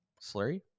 Slurry